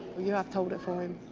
you have to hold it for him.